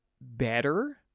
better